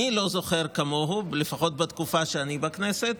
אני לא זוכר כמוהו, לפחות בתקופה שאני בכנסת,